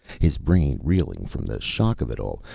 his brain reeling from the shock of it all,